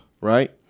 right